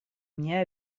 мне